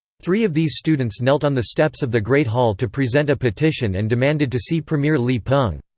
three of these students knelt on the steps of the great hall to present a petition and demanded to see premier li peng.